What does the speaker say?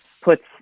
puts